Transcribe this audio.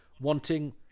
wanting